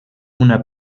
una